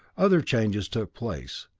other changes took place,